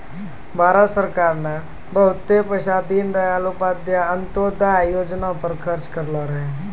भारत सरकार ने बहुते पैसा दीनदयाल उपाध्याय अंत्योदय योजना पर खर्च करलो रहै